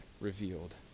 revealed